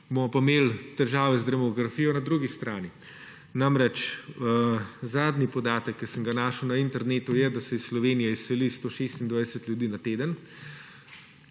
bomo pa imeli težave z demografijo na drugi strani. Namreč zadnji podatek, ki sem ga našel na internetu je, da se iz Slovenije izseli 126 ljudi na teden,